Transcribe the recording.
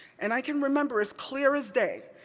and i can remember, as clear as day,